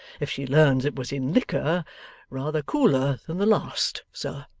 if she learns it was in liquor rather cooler than the last, sir